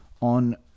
on